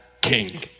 King